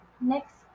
next